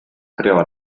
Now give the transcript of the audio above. creò